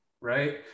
right